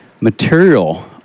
material